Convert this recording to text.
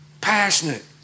Passionate